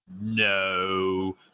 no